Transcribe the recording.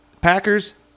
packers